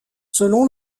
selon